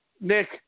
Nick